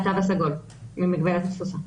מהתו הסגול, ממגבלת התפוסה.